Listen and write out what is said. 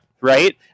right